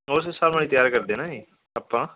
ਓਸ ਸਮੇਂ ਤਿਆਰ ਕਰਦੇ ਨਾ ਜੀ ਆਪਾਂ